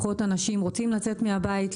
פחות אנשים רוצים לצאת מהבית,